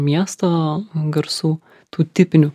miesto garsų tų tipinių